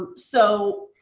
so,